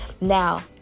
Now